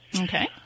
Okay